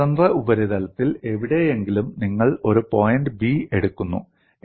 ഇപ്പോൾ സ്വതന്ത്ര ഉപരിതലത്തിൽ എവിടെയെങ്കിലും നിങ്ങൾ ഒരു പോയിന്റ് B എടുക്കുന്നു